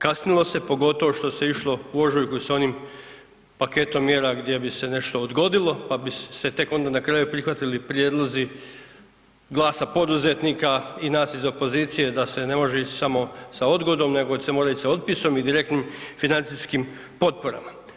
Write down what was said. Kasnilo se, pogotovo što se išlo u ožujku sa onim paketom mjera gdje bi se nešto odgodilo pa bi se tek onda na kraju prihvatili prijedlozi glasa poduzetnika i nas iz opozicije da se ne može ići samo sa odgodom nego se mora ići sa otpisom i direktnim financijskim potporama.